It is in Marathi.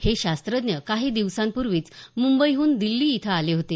हे शास्त्रज्ञ काही दिवसांपूर्वीच मुंबईहून दिल्ली इथं आले होते